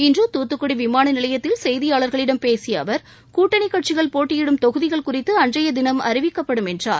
இன்று தூத்துக்குடி விமான நிலையத்தில் செய்தியாளர்களிடம் பேசிய அவர் கூட்டணிக் கட்சிகள் போட்டியிடும் தொகுதிகள் குறித்து அன்றைய தினம் அறிவிக்கப்படும் என்றார்